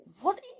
What